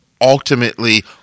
ultimately